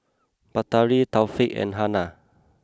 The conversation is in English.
Batari Taufik and Hana